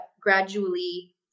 gradually